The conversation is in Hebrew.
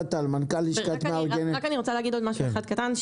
ורק אני רוצה להגיד עוד משהו אחד קטן,